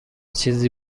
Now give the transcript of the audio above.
چیزی